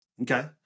Okay